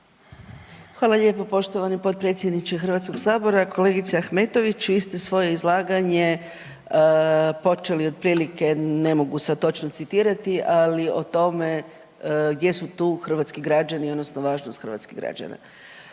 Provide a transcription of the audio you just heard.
Hvala lijepo poštovani potpredsjedniče HS-a. Kolegice Ahmetović, vi ste svoje izlaganje počeli otprilike ne mogu sad točno citirati, ali o tome gdje su tu hrvatski građani odnosno važnost hrvatskih građana.